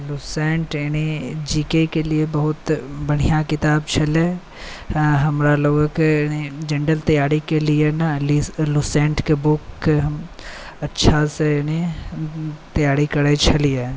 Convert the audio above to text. Lucent यानि G K के लिए बहुत बढ़िआँ किताब छलै तेँ हमरालोकके जेनरल तैआरीकेलिए ने लुसेन्टके बुक हम अच्छासँ ने तैआरी करै छलिए